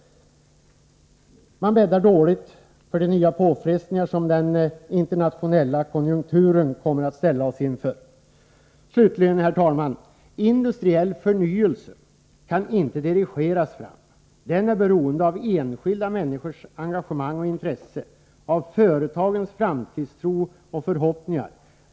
Man bäddar dåligt för de nya påfrestningar som den internationella konjunkturen kommer att ställa oss inför. Slutligen, herr talman! Industriell förnyelse kan inte dirigeras fram. Den är beroende av enskilda människors engagemang och intresse, av företagens framtidstro och förhoppningar.